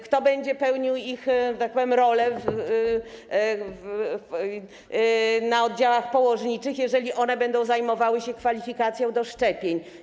Kto będzie pełnił ich, że tak powiem, rolę na oddziałach położniczych, jeżeli one będą zajmowały się kwalifikacją do szczepień?